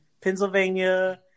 Pennsylvania